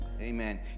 Amen